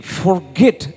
forget